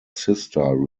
sister